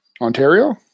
Ontario